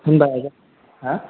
होनबा हा